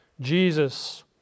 Jesus